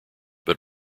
but